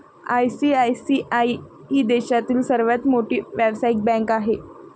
ICICI ही देशातील सर्वात मोठी व्यावसायिक बँक आहे